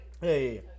Hey